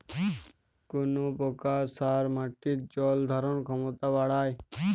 কোন প্রকার সার মাটির জল ধারণ ক্ষমতা বাড়ায়?